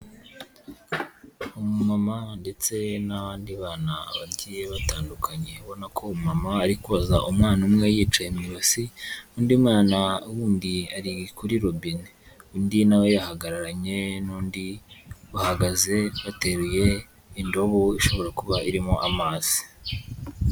Umumama, ndetse n'abandi bana, bagiye batandukanye, ubona ko umama arikoza, umwana umwe yicaye mu ibasi , undi mwana, wundi ari kuri robine. Undi nawe yahagararanye n'undi, bahagaze, bateruye, indobo, ishobora kuba irimo amazi.